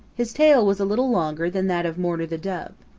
his tail was a little longer than that of mourner the dove.